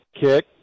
Kick